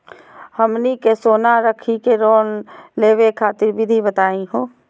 हमनी के सोना रखी के लोन लेवे खातीर विधि बताही हो?